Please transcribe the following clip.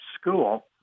school